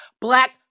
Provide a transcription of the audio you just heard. black